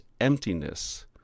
emptiness